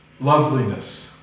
loveliness